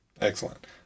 Excellent